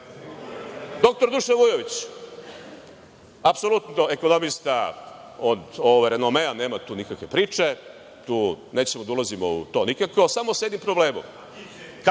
ja. Doktor Dušan Vujović, apsolutno ekonomista od renomea, nema tu nikakve priče, tu nećemo da ulazimo u to nikako, samo sa jednim problemom.